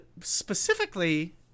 specifically